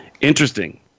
Interesting